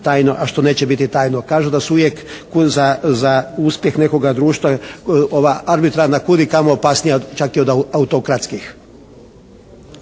tajno a što neće biti tajno. Kažu da su uvijek za uspjeh nekoga društva ova arbitrarna kud i kamo opasnija, čak i od autokratskih.